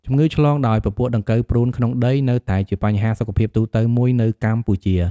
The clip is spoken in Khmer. ជំងឺឆ្លងដោយពពួកដង្កូវព្រូនក្នុងដី នៅតែជាបញ្ហាសុខភាពទូទៅមួយនៅកម្ពុជា។